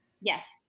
Yes